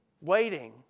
waiting